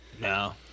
No